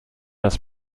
das